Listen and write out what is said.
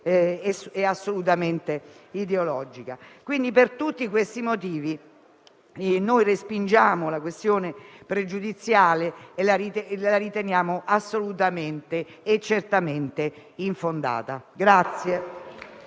puramente ideologica. Per tutti questi motivi, respingiamo la questione pregiudiziale e la riteniamo assolutamente e certamente infondata.